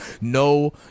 no